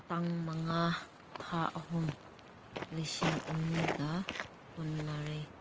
ꯇꯥꯡ ꯃꯉꯥ ꯊꯥ ꯑꯍꯨꯝ ꯂꯤꯁꯤꯡ ꯑꯅꯤꯒ ꯀꯨꯟꯃꯔꯤ